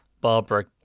Barbara